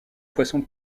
poisson